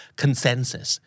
consensus